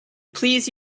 please